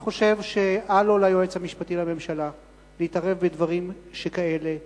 אני חושב שאל לו ליועץ המשפטי לממשלה להתערב בדברים שכאלה.